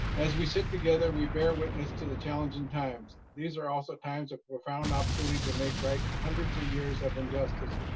as we sit together, we bear witness to the challenging times, these are also times of profound opportunity to make right hundreds of years of injustice,